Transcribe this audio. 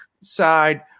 side